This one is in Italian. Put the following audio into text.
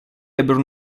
ebbero